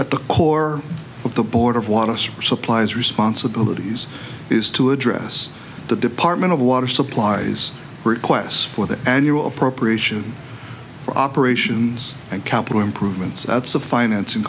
at the core of the board of water supplies responsibilities is to address the department of water supplies requests for the annual appropriation for operations and capital improvements outs of financing